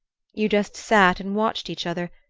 you just sat and watched each other,